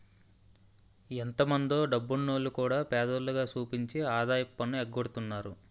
ఎంతో మందో డబ్బున్నోల్లు కూడా పేదోల్లుగా సూపించి ఆదాయపు పన్ను ఎగ్గొడతన్నారు